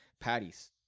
patties